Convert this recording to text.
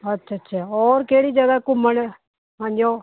ਅੱਛਾ ਅੱਛਾ ਹੋਰ ਕਿਹੜੀ ਜਗ੍ਹਾ ਘੁੰਮਣ ਹਾਂਜੀ ਓ